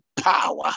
power